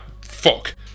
fuck